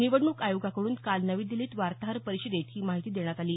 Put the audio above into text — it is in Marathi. निवडणूक आयोगाकडून काल नवी दिल्लीत वार्ताहर परिषेदत ही माहिती देण्यात आली